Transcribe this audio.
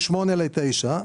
מ-8 ל-9,